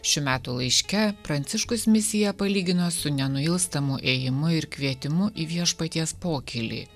šių metų laiške pranciškus misiją palygino su nenuilstamu ėjimu ir kvietimu į viešpaties pokylį